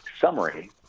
summary